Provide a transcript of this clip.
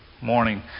morning